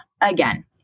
Again